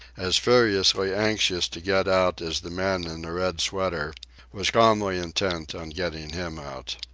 as furiously anxious to get out as the man in the red sweater was calmly intent on getting him out.